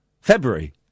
February